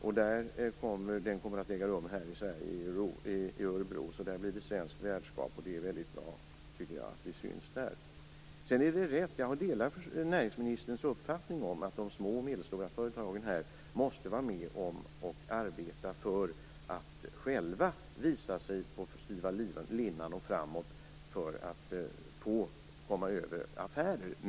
Eftersom mässan hålls i Örebro blir det svenskt värdskap, och det är ju bra att vi syns där. Jag delar näringsministerns uppfattning om att de små och medelstora företagen måste vara med och arbeta för att själva visa sig på styva linan för att få vara med i affärer.